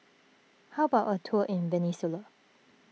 how about a tour in Venezuela